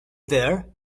there